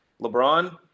lebron